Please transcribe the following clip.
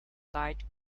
light